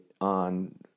on